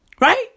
Right